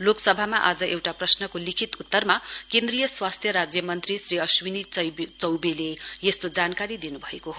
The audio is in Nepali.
लोकसभामा आज एउटा प्रश्नको लिखित उत्तरमा केन्द्रीय स्वास्थ्य राज्य मन्त्री श्री अश्विनी चौबेले यस्तो जानकारी दिनुभएको छ